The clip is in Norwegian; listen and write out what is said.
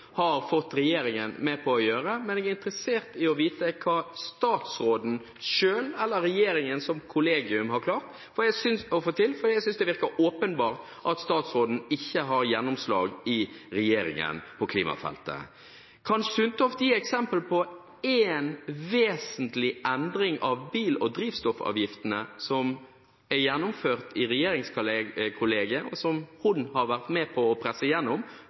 har fått regjeringen med på å gjøre, men jeg er interessert i å vite hva statsråden selv eller regjeringen som kollegium har klart å få til, for jeg synes det virker åpenbart at statsråden ikke har gjennomslag i regjeringen på klimafeltet. Kan statsråd Sundtoft gi eksempel på én vesentlig endring av bil- og drivstoffavgiftene som er gjennomført i regjeringskollegiet, og som hun har vært med på å presse igjennom